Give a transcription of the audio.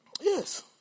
Yes